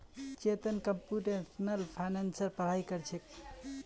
Chetan computational फाइनेंसेर पढ़ाई कर छेक